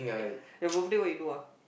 your birthday what you do ah